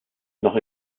noch